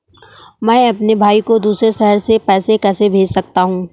मैं अपने भाई को दूसरे शहर से पैसे कैसे भेज सकता हूँ?